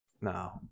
No